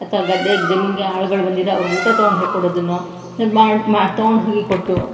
ಅಥವಾ ಗದ್ದೆ ಜಮೀನಿಗೆ ಆಳ್ಗಳು ಬಂದಿದ ಅವ್ರ್ಗೆ ಊಟ ತಗೊಂಡ್ಹೋಗಿ ಕೊಡೋದನ್ನೋ ಮಾಡಿ ಮಾಡಿ ತಗೊಂಡ್ಹೋಗಿ ಕೊಟ್ಟು